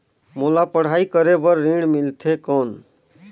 मोला पढ़ाई करे बर ऋण मिलथे कौन?